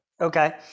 Okay